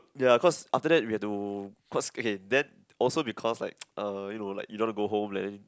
ya cause after that we have to cause okay then also because like uh you know like you don't want to go home then